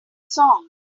songs